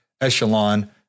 echelon